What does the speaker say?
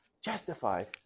justified